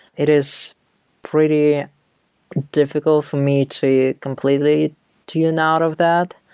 it is pretty difficult for me to completely tune out of that.